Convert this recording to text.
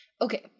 Okay